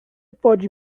pode